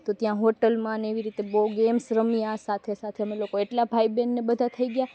તો ત્યાં હોટલમાં ને એવી રીતે બહું ગેમ્સ રમ્યાં સાથે સાથે અમે લોકો એટલાં ભાઈ બહેન ને બધાં થઈ ગયાં